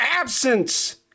absence